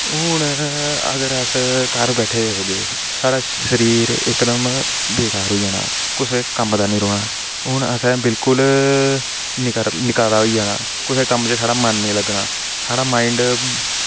हून अगर अस घर बैठे दे रौह्गे साढ़ा शरीर इकदम बेकार होई जाना कुसै कम्म दा निं रौह्ना हून असें बिलकुल नकारा नकारा होई जाना कुसै कम्म च साढ़ा मन निं लग्गना साढ़ा माइंड